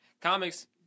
Comics